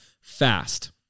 fast